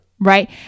Right